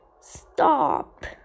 stop